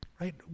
Right